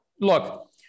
Look